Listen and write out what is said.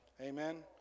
Amen